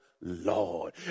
Lord